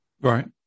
Right